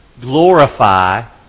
glorify